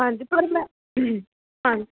ਹਾਂਜੀ ਪਰ ਮੈਂ ਹਾਂਜੀ